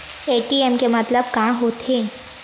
ATM के मतलब का होथे?